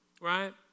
right